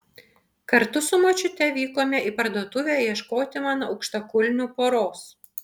kartu su močiute vykome į parduotuvę ieškoti man aukštakulnių poros